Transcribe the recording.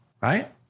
right